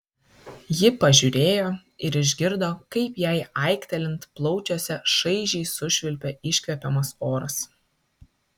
ji pažiūrėjo ir išgirdo kaip jai aiktelint plaučiuose šaižiai sušvilpia iškvepiamas oras